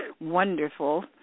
wonderful